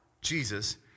Jesus